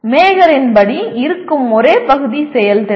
மேகரின் படி இருக்கும் ஒரே பகுதி செயல்திறன்